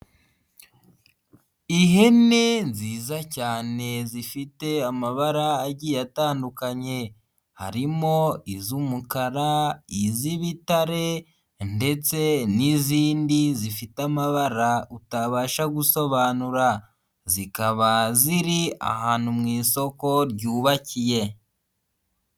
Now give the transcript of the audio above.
Ihene nziza cyane zifite amabara agiye atandukanye, harimo iz'umukara, iz'ibitare ndetse n'izindi zifite amabara utabasha gusobanura, zikaba ziri ahantu mu isoko ryubakiye.